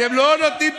אתם לא נותנים פתרון.